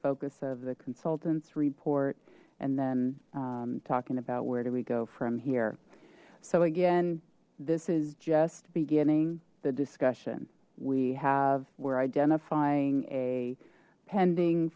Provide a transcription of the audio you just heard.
focus of the consultants report and then talking about where do we go from here so again this is just beginning the discussion we have were identifying a pending